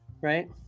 Right